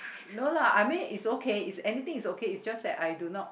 no lah I mean is okay is anything is okay is just that I do not